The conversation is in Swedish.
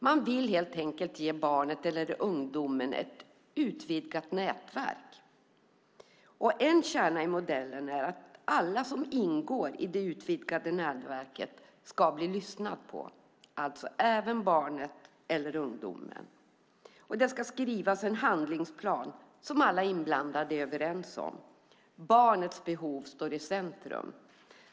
Man vill helt enkelt ge barnen eller ungdomarna ett utvidgat nätverk. En kärna i modellen är att alla som ingår i det utvidgade nätverket ska bli lyssnade på, alltså även barnen eller ungdomarna. Det ska också skrivas en handlingsplan som alla inblandade är överens om. Barnets behov står i centrum.